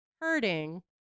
hurting